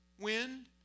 wind